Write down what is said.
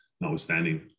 notwithstanding